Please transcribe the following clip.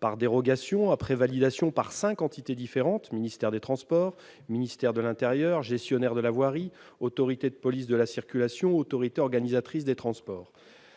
par dérogation, après validation par cinq instances différentes : ministère des transports, ministère de l'intérieur, gestionnaire de la voirie, autorité de la police de la circulation, autorité organisatrice des transports.